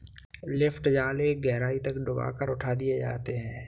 lift जाल एक गहराई तक डूबा कर उठा दिए जाते हैं